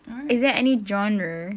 is there any genre